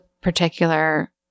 particular